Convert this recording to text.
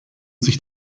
sich